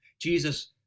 Jesus